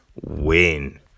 win